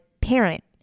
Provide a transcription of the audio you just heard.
parent